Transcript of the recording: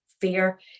fear